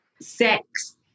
sex